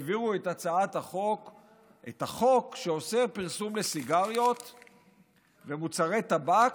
העבירו את החוק שאוסר פרסום סיגריות ומוצרי טבק.